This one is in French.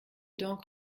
donc